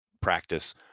practice